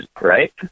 Right